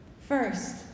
First